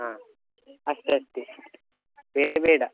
ಹಾಂ ಅಷ್ಟೇ ಅಷ್ಟೇ ಬೇರೆ ಬೇಡ